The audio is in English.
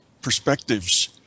perspectives